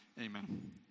Amen